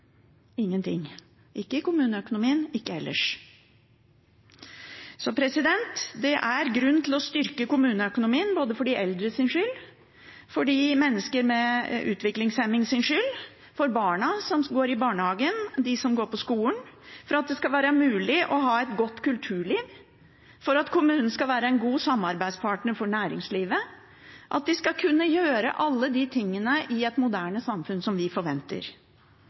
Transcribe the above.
Ingenting – ikke i kommuneøkonomien, ikke ellers. Det er grunn til å styrke kommuneøkonomien for de eldres skyld, for de utviklingshemmedes skyld, for barna som går i barnehagen, for dem som går på skolen, for at det skal være mulig å ha et godt kulturliv, og for at kommunen skal være en god samarbeidspartner for næringslivet – at de skal kunne gjør alle de tingene i et moderne samfunn som vi forventer.